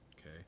okay